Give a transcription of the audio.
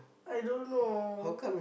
I don't know